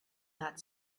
that